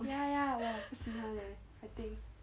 ya ya ya 哇不喜欢 eh I think